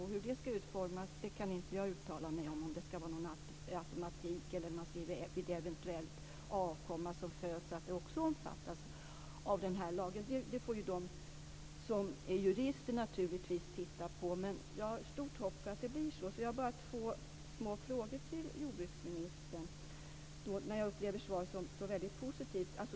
Hur det ska utformas kan jag inte uttala mig om - om det ska vara någon automatik eller om skriver att "eventuellt avkomma också kommer att omfattas av lagen". Det får de som är jurister naturligtvis titta på. Men jag har stort hopp om att det blir så. Jag har två små frågor till jordbruksministern då jag upplever svaret så positivt.